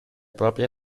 proprie